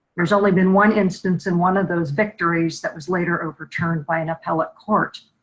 there's only been one instance in one of those victories that was later overturned by an appellate court.